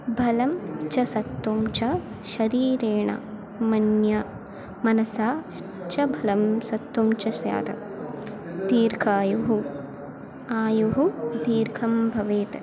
बलं च सत्त्वं च शरीरेण मन्ये मनसा च बलं सत्त्वं च स्यात् दीर्घायुः आयुः दीर्घं भवेत्